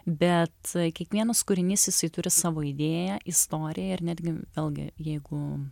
bet kiekvienas kūrinys jisai turi savo idėją istoriją ir netgi vėlgi jeigu